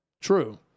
True